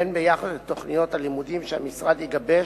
והן ביחס לתוכניות הלימודים שהמשרד יגבש,